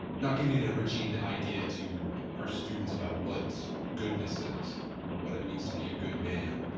not giving an enriching idea to our students about what goodness is or what it means to be a good man